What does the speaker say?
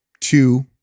two